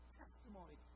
testimony